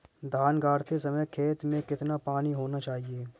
धान गाड़ते समय खेत में कितना पानी होना चाहिए?